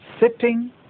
sitting